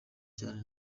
cyane